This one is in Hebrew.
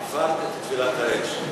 עברת את טבילת האש.